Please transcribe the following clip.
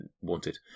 wanted